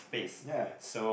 ya